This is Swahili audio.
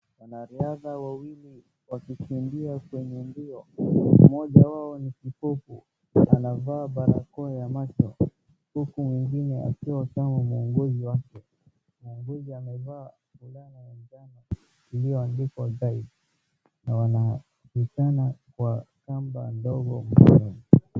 Wanariadha wawili wakikimbia kwenye mbio mmoja wao ni kipofu anavaa barakoa ya macho huku mwingine akiwa kama muongozi wake , muongozi amevaa fulana ya njano iliyoandikwa guide na wanapishana kwa kamba ndogo mno .